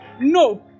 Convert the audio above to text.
no